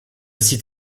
site